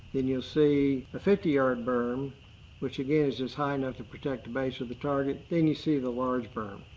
then you'll see a fifty yard berm which again is just high enough to protect the base of the target. then you see the large berm.